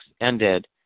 ended